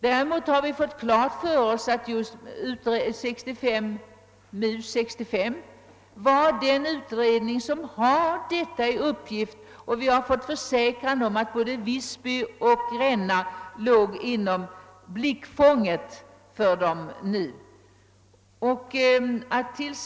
Däremot har vi fått klart för oss att MUS 65 var den utredning som har fått denna uppgift. Vi har fått en försäkran om att både Visby och Gränna ligger inom blickfånget för denna utredning.